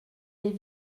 les